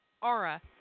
Aura